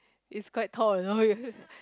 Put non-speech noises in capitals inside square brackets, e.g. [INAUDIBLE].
it's quite tall you know [LAUGHS]